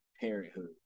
parenthood